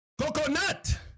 Coconut